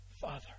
Father